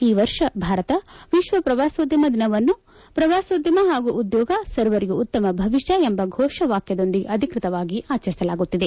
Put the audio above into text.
ಈ ವರ್ಷ ಭಾರತ ವಿಶ್ವ ಪ್ರವಾಸೋದ್ಯಮ ದಿನವನ್ನು ಪ್ರವಾಸೋದ್ಯಮ ಹಾಗೂ ಉದ್ಯೋಗ ಸರ್ವರಿಗೂ ಉತ್ತಮ ಭವಿಷ್ಣ ಎಂಬ ಫೋಷವಾಕ್ಷದೊಂದಿಗೆ ಅಧಿಕೃತವಾಗಿ ಆಚರಿಸಲಾಗುತ್ತಿದೆ